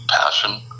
passion